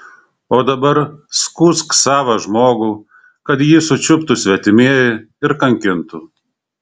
o dabar skųsk savą žmogų kad jį sučiuptų svetimieji ir kankintų